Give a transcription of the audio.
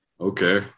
Okay